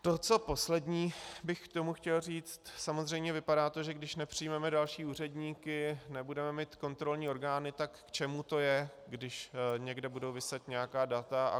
To, co poslední bych k tomu chtěl říct, samozřejmě to vypadá, že když nepřijmeme další úředníky, nebudeme mít kontrolní orgány, tak k čemu to je, když někde budou viset nějaká data.